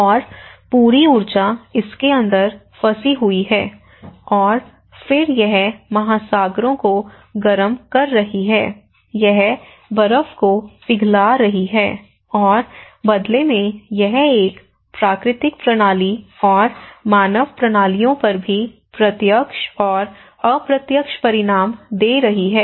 और पूरी ऊर्जा इसके अंदर फंसी हुई है और फिर यह महासागरों को गर्म कर रही है यह बर्फ को पिघला रही है और बदले में यह एक प्राकृतिक प्रणाली और मानव प्रणालियों पर भी प्रत्यक्ष और अप्रत्यक्ष परिणाम दे रही है